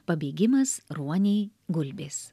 pabėgimas ruoniai gulbės